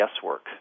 guesswork